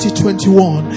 2021